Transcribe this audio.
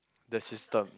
the system